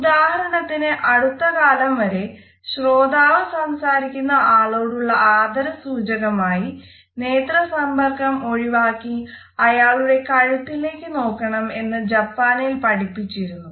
ഉദാഹരത്തിന് അടുത്ത കാലം വരെ ശ്രോതാവ് സംസാരിക്കുന്ന ആളോടുള്ള ആദര സൂചകമായി നേത്ര സമ്പർക്കം ഒഴിവാക്കി അയാളുടെ കഴുത്തിലേക്ക് നോക്കണം എന്നാണ് ജപ്പാനിൽ പഠിപ്പിച്ചിരുന്നത്